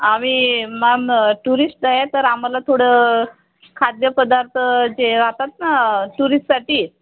आम्ही ma'am tourist आहे तर आम्हाला थोडं खाद्यपदार्थ जे राहतात ना टुरिस्टसाठी